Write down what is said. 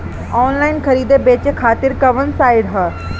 Online खरीदे बेचे खातिर कवन साइड ह?